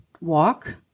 walk